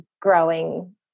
growing